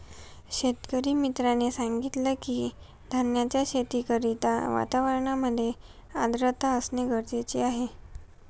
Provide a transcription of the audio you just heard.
शेतकरी मित्राने सांगितलं की, धान्याच्या शेती करिता वातावरणामध्ये आर्द्रता असणे गरजेचे आहे